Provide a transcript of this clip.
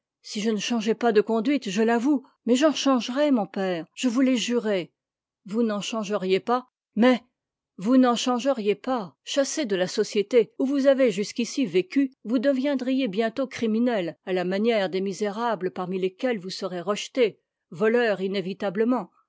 si je ne changeais pas de conduite je l'avoue mais j'en changerai mon père je vous l'ai juré vous n'en changeriez pas mais vous n'en changeriez pas chassé de la société où vous avez jusqu'ici vécu vous deviendriez bientôt criminel à la manière des misérables parmi lesquels vous serez rejeté voleur inévitablement